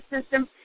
system